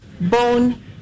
bone